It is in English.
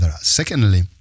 Secondly